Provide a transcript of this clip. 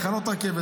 תחנות רכבת.